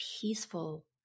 peaceful